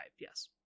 yes